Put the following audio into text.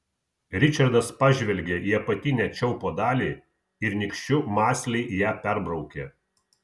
ričardas pažvelgė į apatinę čiaupo dalį ir nykščiu mąsliai ją perbraukė